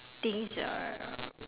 things ah